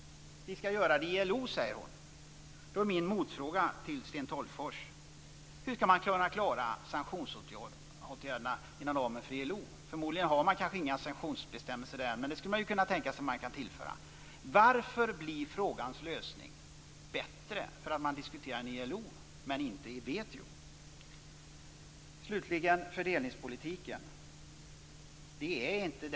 Vi skall göra det i ILO, säger hon. Min motfråga till Sten Tolgfors är följande: Hur skall man kunna klara sanktionsåtgärderna inom ramen för ILO? Förmodligen finns det inga sanktionsbestämmelser där, men det skulle man kunna tänka sig att tillföra. Varför löses frågan bättre om man diskuterar den i ILO än om man diskuterar den i WTO? Slutligen vill jag ta upp fördelningspolitiken.